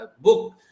book